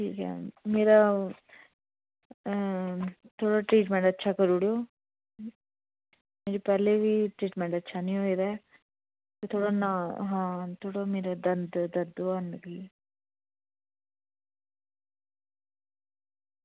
ठीक ऐ मेरा ट्रीटमेंट थोह्ड़ा अच्छा करी ओड़ेओ मेरा पैह्लें बी ट्रीटमेंट अच्छा निं होये दा ऐ थोह्ड़े मेरे दंदें ई दर्द होआ दी निं भी